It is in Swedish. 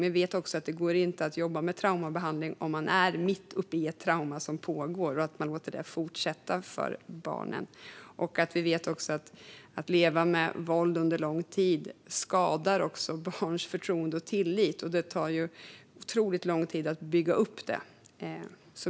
Men vi vet också att det inte går att jobba med traumabehandling om barnet är mitt uppe i ett trauma som pågår och man låter det fortsätta. Att leva med våld under lång tid skadar också barns förtroende och tillit. Det tar otroligt lång tid att bygga upp det.